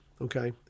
okay